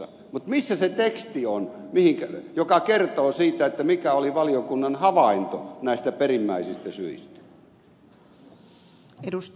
mutta missä se teksti on joka kertoo siitä mikä oli valiokunnan havainto näistä perimmäisistä syistä